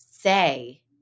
say